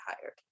hired